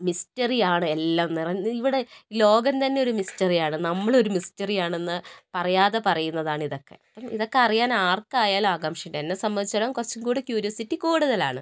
mystery ആണ് എല്ലാം എന്ന് പറയുന്ന ഇവിടെ ലോകം തന്നെ ഒരു മിസ്റ്ററിയാണ് നമ്മളൊരു മിസ്റ്ററിയാണെന്ന് പറയാതെ പറയുന്നതാണ് ഇതൊക്കെ അപ്പം ഇതൊക്കെ അറിയാൻ ആർക്കായാലും ആകാംഷ ഉണ്ട് എന്നെ സംബന്ധിച്ചിടത്തോളം കുറച്ചു കൂടി ക്യൂരിയോസിറ്റി കൂടുതൽ ആണ്